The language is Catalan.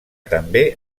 també